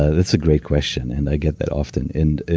ah that's a great question, and i get that often. and